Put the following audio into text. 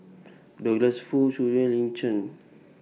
Douglas Foo Zhu Xu and Lin Chen